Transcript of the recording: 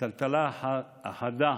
הטלטלה החדה,